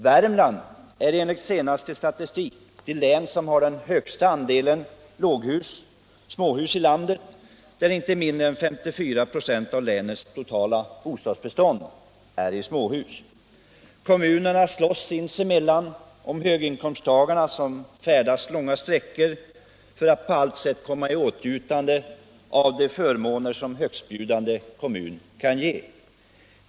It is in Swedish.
Värmlands län är enligt den senaste statistiken det län som har den högsta andelen småhus i landet. Inte mindre än 54 96 av länets totala bostadsbestånd utgörs av småhus. Kommunerna slåss sinsemellan om höginkomsttagarna, som färdas långa sträckor för att på allt sätt komma i åtnjutande av de förmåner som ”högstbjudande kommun” kan ge.